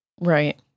right